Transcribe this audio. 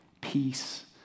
peace